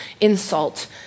insult